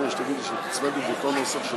ברגע שתגידי, אוקיי.